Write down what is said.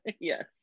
Yes